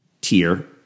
tier